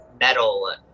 metal